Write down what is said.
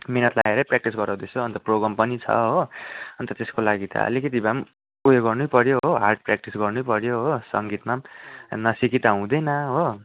मेहनत लाएरै प्र्याक्टिस गराउँदैछु हो अन्त प्रोग्राम पनि छ हो अन्त त्यसको लागि त अलिकति भए पनि उयो गर्नै पऱ्यो हो हार्ड प्र्याक्टिस गर्नै पऱ्यो हो सङ्गीतमा पनि काम पनि नसिकी त हुँदैन हो